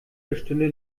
bestünde